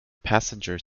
passenger